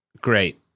great